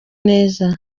neza